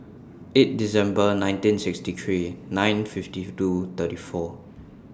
eight December nineteen sixty three nine fifty two thirty four